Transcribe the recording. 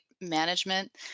management